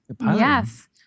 yes